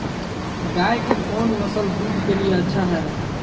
गाय के कौन नसल दूध के लिए अच्छा है?